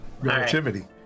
Relativity